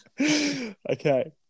Okay